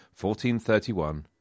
1431